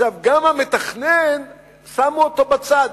גם את המתכנן שמו בצד.